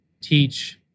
teach